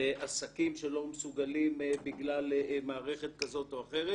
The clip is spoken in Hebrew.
ועסקים שלא מסוגלים בגלל מערכת כזאת או אחרת.